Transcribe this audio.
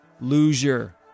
loser